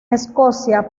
escocia